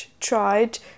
tried